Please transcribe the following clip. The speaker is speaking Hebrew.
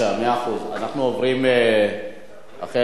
אנחנו עוברים, לכן, להצבעה.